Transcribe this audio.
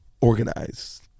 organized